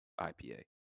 IPA